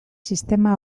sistema